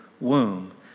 womb